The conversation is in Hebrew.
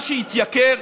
מה שהתייקר